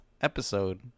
episode